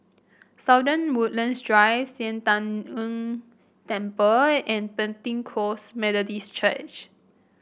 Woodlands Drive Sian Tng Ng Temple and Pentecost Methodist Church